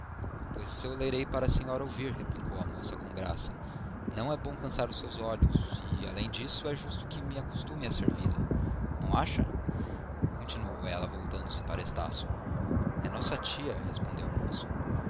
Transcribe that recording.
pois eu lerei para a senhora ouvir replicou a moça com graça não é bom cansar os seus olhos e além disso é justo que me acostume a servi-la não acha continuou ela voltando-se para estácio é nossa tia respondeu o moço